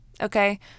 okay